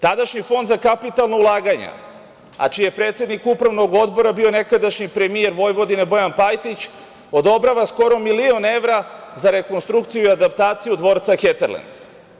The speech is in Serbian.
Tadašnji Fond za kapitalna ulaganja, a čiji je predsednik Upravnog odbora bio nekadašnji premijer Vojvodine Bojan Pajtić odobrava skoro milion evra za rekonstrukciju i adaptaciju dvorca „Heterlend“